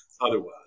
otherwise